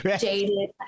jaded